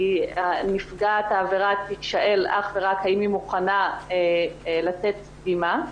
נפגעת העבירה תישאל אך ורק האם היא מוכנה לתת דגימה,